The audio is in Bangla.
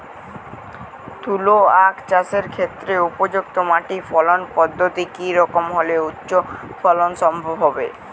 তুলো আঁখ চাষের ক্ষেত্রে উপযুক্ত মাটি ফলন পদ্ধতি কী রকম হলে উচ্চ ফলন সম্ভব হবে?